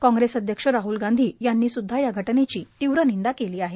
कांग्रेस अध्यक्ष राहल गांधी यांनी स्द्धा या घटनेची तीव्र निंदा केली आहे